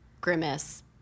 grimace